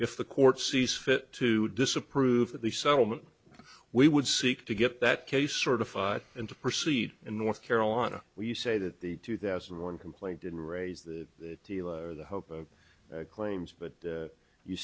if the court sees fit to disapprove of the settlement we would seek to get that case certified and to proceed in north carolina where you say that the two thousand and one complaint did raise the the hope of claims but